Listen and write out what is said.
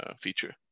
feature